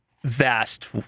vast